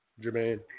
Jermaine